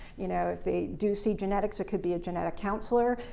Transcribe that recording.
you know, if they do see genetics, it could be a genetic counselor.